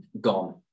gone